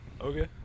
Okay